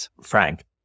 frank